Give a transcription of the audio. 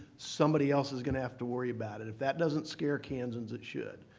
somebody else is going to have to worry about it. if that doesn't scare kansans, it should.